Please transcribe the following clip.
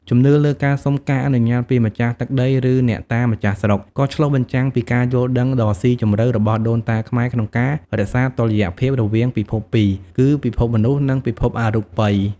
ជំនឿលើការសុំការអនុញ្ញាតពីម្ចាស់ទឹកដី ឬអ្នកតាម្ចាស់ស្រុក ក៏ឆ្លុះបញ្ចាំងពីការយល់ដឹងដ៏ស៊ីជម្រៅរបស់ដូនតាខ្មែរក្នុងការរក្សាតុល្យភាពរវាងពិភពពីរ គឺពិភពមនុស្ស និងពិភពអរូបិយ។